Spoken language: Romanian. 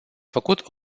făcut